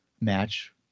match